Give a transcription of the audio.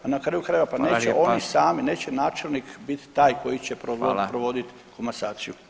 Na kraju krajeva pa neće oni sami, neće načelnik biti taj koji će provoditi komasaciju.